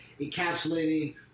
encapsulating